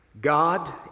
God